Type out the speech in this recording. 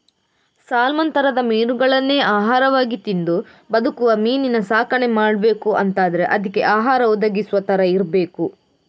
salmon ತರದ ಮೀನುಗಳನ್ನೇ ಆಹಾರವಾಗಿ ತಿಂದು ಬದುಕುವ ಮೀನಿನ ಸಾಕಣೆ ಮಾಡ್ಬೇಕು ಅಂತಾದ್ರೆ ಅದ್ಕೆ ಆಹಾರ ಒದಗಿಸುವ ತರ ಇರ್ಬೇಕು